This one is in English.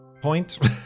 point